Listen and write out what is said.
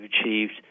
achieved